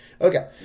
Okay